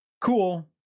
cool